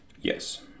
Yes